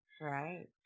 right